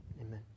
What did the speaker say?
Amen